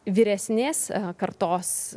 vyresnės kartos